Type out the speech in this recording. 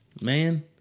man